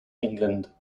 england